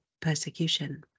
persecution